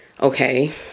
okay